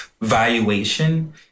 Valuation